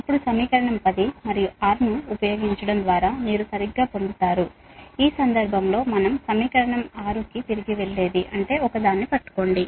ఇప్పుడు సమీకరణం 10 మరియు 6 ను ఉపయోగించడం ద్వారా మీరు సరిగ్గా పొందుతారు ఈ సందర్భంలో మనం సమీకరణం 6 కి తిరిగి వెళ్ళేది అంటే ఇది ఒకదాన్ని పట్టుకోండి